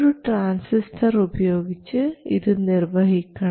ഒരു ട്രാൻസിസ്റ്റർ ഉപയോഗിച്ച് ഇത് നിർവഹിക്കണം